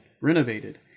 renovated